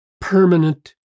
permanent